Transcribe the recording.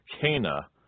Cana